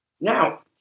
Now